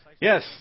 Yes